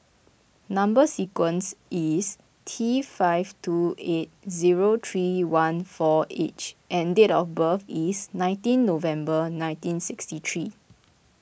Number Sequence is T five two eight zero three one four H and date of birth is nineteen November nineteen sixty three